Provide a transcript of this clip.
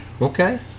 Okay